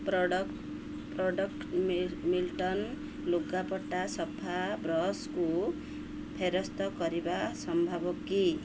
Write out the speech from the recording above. product Milton ଲୁଗାପଟା ସଫା ବ୍ରଶ୍କୁ ଫେରସ୍ତ କରିବା ସମ୍ଭବ କି